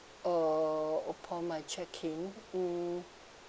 uh upon my check in hmm